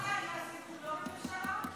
--- הוא לא בממשלה?